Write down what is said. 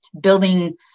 building